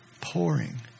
pouring